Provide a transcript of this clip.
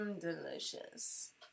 delicious